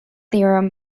theorem